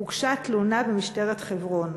הוגשה תלונה במשטרת חברון.